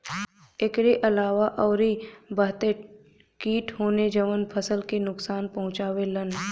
एकरी अलावा अउरी बहते किट होने जवन फसल के नुकसान पहुंचावे लन